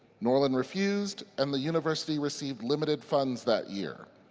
norlin refused and the university received limited funds that year.